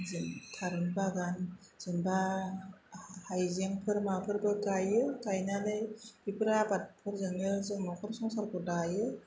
जों थारुन बागान जेन'बा हाइजेंफोर माफोरखौ गायो गायनानै बेफोर आबादफोरजोंनो जों नखर संसारखौ दायो